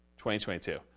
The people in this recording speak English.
2022